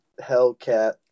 hellcat